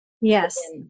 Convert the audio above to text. Yes